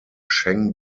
chen